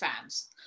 fans